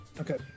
Okay